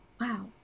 Wow